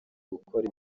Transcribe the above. gukora